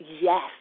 Yes